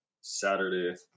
Saturday